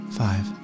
five